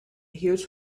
huge